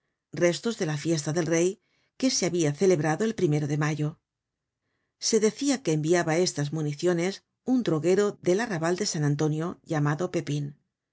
restos de la fiesta del rey que se habia celebrado el primero de mayo se decia que enviaba estas municiones un droguero del arrabal de san antonio llamado pepin